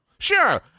Sure